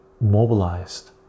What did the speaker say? mobilized